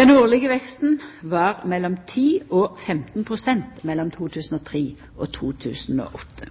Den årlege veksten var mellom 10 og 15 pst. mellom 2003 og 2008.